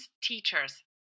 teachers